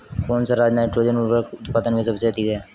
कौन सा राज नाइट्रोजन उर्वरक उत्पादन में सबसे अधिक है?